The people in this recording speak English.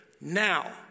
Now